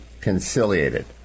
conciliated